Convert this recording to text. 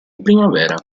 primavera